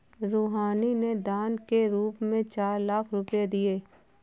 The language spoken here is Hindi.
रूहानी ने दान के रूप में चार लाख रुपए दिए